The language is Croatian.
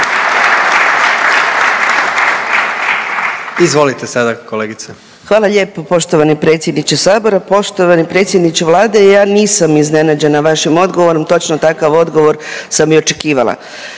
Anka (GLAS)** Hvala lijepo poštovani predsjedniče sabora. Poštovani predsjedniče vlade, ja nisam iznenađena vašim odgovorom, točno takav odgovor sam i očekivala.